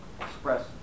Express